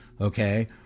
okay